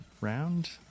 round